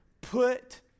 put